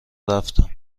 رفتم